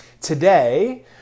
Today